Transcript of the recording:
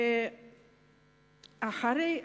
ואחרי,